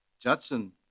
Judson